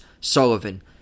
Sullivan